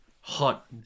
hot